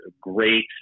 great